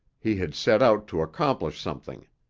he had set out to accomplish something.